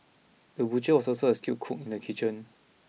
the butcher was also a skilled cook in the kitchen